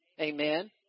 Amen